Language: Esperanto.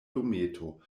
dometo